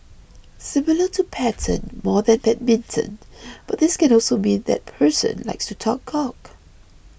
similar to pattern more than badminton but this can also mean that person likes to talk cock